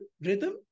rhythm